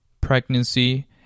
pregnancy